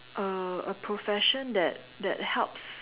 a a profession that that helps